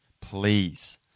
please